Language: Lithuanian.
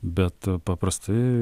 bet paprastai